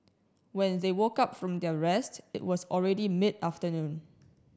when they woke up from their rest it was already mid afternoon